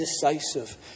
decisive